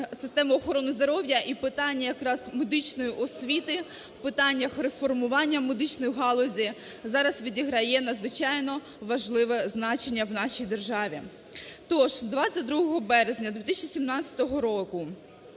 систему охорони здоров'я і питання якраз медичної освіти в питаннях реформування медичної галузі зараз відіграє надзвичайно важливе значення в нашій державі. Тож 22 березня 2017 року